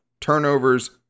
turnovers